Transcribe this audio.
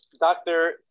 Doctor